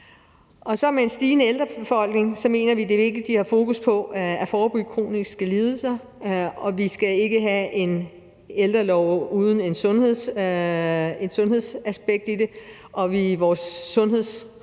med en stigende ældrebefolkning mener vi, at det er vigtigt at have fokus på at forebygge kroniske lidelser, og vi skal ikke have en ældrelov uden et sundhedsaspekt i det, og vi skal i vores